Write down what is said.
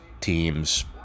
teams